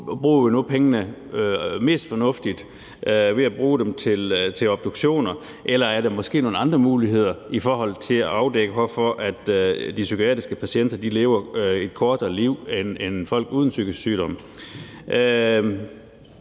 Bruger vi nu pengene mest fornuftigt ved at bruge dem til obduktioner, eller er der måske nogle andre muligheder i forhold til at afdække, hvorfor de psykiatriske patienter lever et kortere liv, end folk uden psykisk sygdom